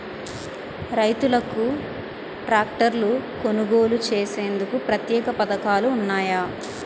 రైతులకు ట్రాక్టర్లు కొనుగోలు చేసేందుకు ప్రత్యేక పథకాలు ఉన్నాయా?